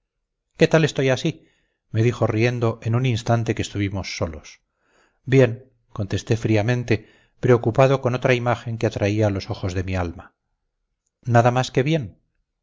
qué tal estoy así me dijo riendo en un instante que estuvimos solos bien contesté fríamente preocupado con otra imagen que atraía los ojos de mi alma nada más que bien